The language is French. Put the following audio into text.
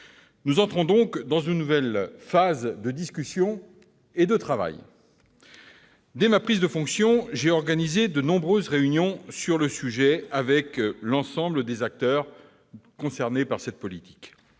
Nous entrons donc dans une nouvelle phase de discussion et de travail. Dès ma prise de fonction, j'ai organisé de nombreuses réunions sur ce sujet avec l'ensemble des acteurs concernés. J'ai notamment